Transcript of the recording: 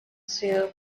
sido